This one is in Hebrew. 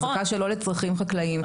החזקה שלא לצרכים חקלאיים.